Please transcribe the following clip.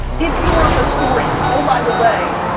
if you were a historian, oh by the way,